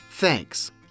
Thanks